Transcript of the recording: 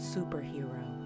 superhero